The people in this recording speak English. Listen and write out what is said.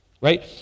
right